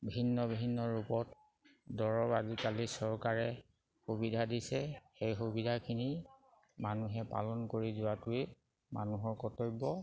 ভিন্ন বিভিন্ন ৰূপত দৰৱ আজিকালি চৰকাৰে সুবিধা দিছে সেই সুবিধাখিনি মানুহে পালন কৰি যোৱাটোৱেই মানুহৰ কৰ্তব্য